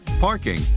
parking